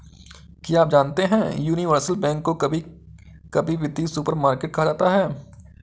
क्या आप जानते है यूनिवर्सल बैंक को कभी कभी वित्तीय सुपरमार्केट कहा जाता है?